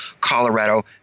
Colorado